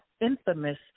infamous